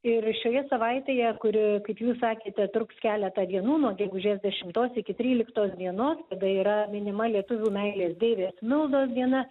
ir šioje savaitėje kuri kaip jūs sakėte truks keletą dienų nuo gegužės dešimtos iki tryliktos dienos kada yra minima lietuvių meilės deivės mildos diena